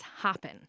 happen